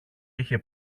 είχε